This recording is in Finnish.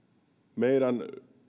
meidän